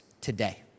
today